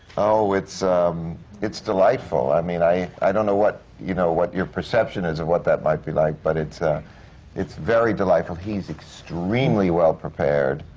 ah it's it's delightful. i mean, i i don't know what you know what your perception is of what that might be like, but it's ah it's very delightful. he is extremely well prepared,